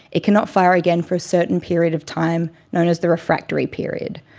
it cannot fire again for a certain period of time, known as the refractory period.